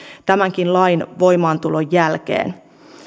tämänkin lain voimaantulon jälkeen